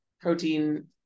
protein